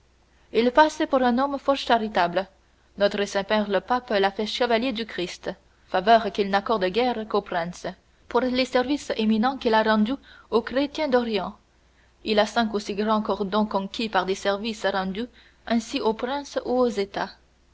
il passe pour un homme fort charitable notre saint-père le pape l'a fait chevalier du christ faveur qu'il n'accorde guère qu'aux princes pour les services éminents qu'il a rendus aux chrétiens d'orient il a cinq ou six grands cordons conquis par des services rendus ainsi aux princes ou aux états